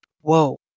whoa